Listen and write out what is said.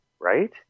right